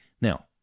Now